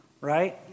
Right